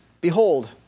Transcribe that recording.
Behold